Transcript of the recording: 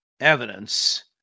evidence